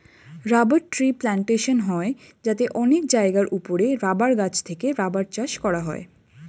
rubber tree plantation হয় যাতে অনেক জায়গার উপরে রাবার গাছ থেকে রাবার চাষ করা হয়